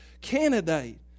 candidate